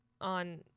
on